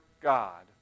God